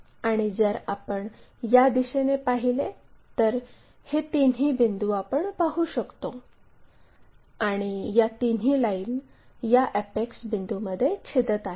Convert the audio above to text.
आणि जर आपण या दिशेने पाहिले तर हे तिन्ही बिंदू आपण पाहू शकतो आणि या तिन्ही लाईन या अॅपेक्स बिंदूंमध्ये छेदत आहेत